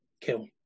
kill